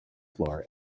floor